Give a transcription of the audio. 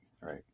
right